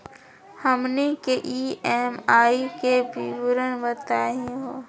हमनी के ई.एम.आई के विवरण बताही हो?